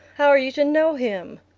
how are you to know him?